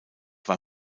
war